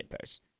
post